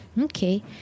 Okay